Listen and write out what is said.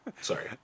Sorry